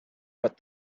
but